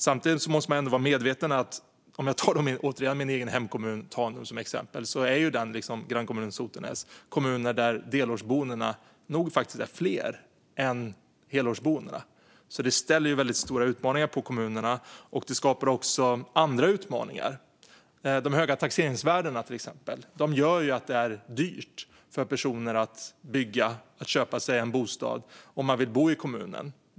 Samtidigt måste man vara medveten om att kommuner som min hemkommun Tanum - jag tar den återigen som exempel - och grannkommunen Sotenäs är kommuner där delårsboendena nog faktiskt är fler än helårsboendena. Det skapar stora utmaningar för kommunerna. Det skapar också andra utmaningar - de höga taxeringsvärdena, till exempel. De gör att det är dyrt för personer att köpa en bostad om de vill bo i kommunen.